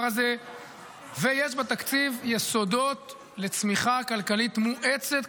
ויש בתקציב יסודות לצמיחה כלכלית מואצת,